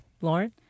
Lauren